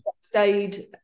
stayed